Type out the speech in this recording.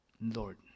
Lord